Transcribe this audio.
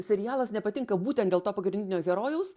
serialas nepatinka būtent dėl to pagrindinio herojaus